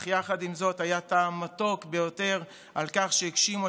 אך יחד עם זאת היה טעם מתוק ביותר על כך שהגשימו